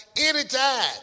anytime